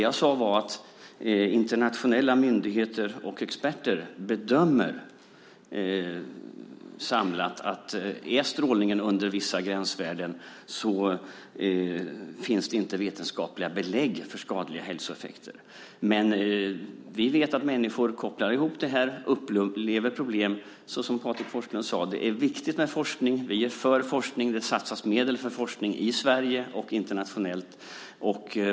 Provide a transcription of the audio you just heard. Jag sade att internationella myndigheter och experter samlat bedömer att om strålningen är under vissa gränsvärden finns det inte vetenskapliga belägg för skadliga hälsoeffekter. Men vi vet att människor kopplar ihop det här och upplever problem, såsom Patrik Forslund sade. Det är viktigt med forskning. Vi är för forskning. Det satsas medel för forskning i Sverige och internationellt.